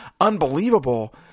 unbelievable